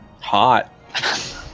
Hot